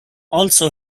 also